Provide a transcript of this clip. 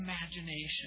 imagination